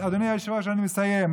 אדוני היושב-ראש, אני מסיים.